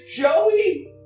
Joey